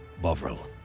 Bovril